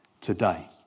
today